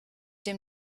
dem